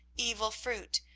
evil fruit,